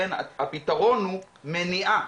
הפתרון הוא מניעה.